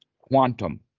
quantum